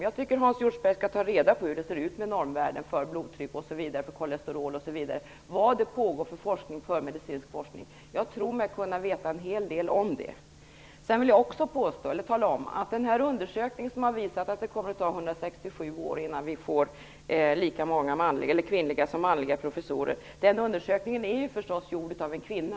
Jag tycker att Hans Hjortzberg-Nordlund skall ta reda på hur det förhåller sig med normvärden för blodtryck, kolesterol osv. och vilken medicinsk forskning som pågår. Jag tror mig veta en del om detta. Sedan vill jag också tala om att den undersökning som visar att det kommer att ta 167 år innan får lika många kvinnliga som manliga professorer förstås är gjord av en kvinna.